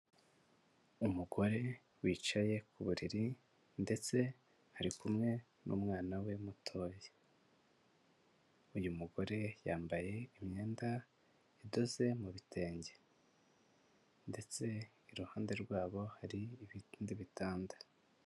Umugore wicaye ku buriri ndetse ari kumwe n'umwana we mutoya, uyu mugore yambaye imyenda idoze mu bitenge ndetse iruhande rwabo hari ibindi bitanda.